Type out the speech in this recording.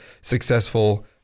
successful